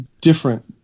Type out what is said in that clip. different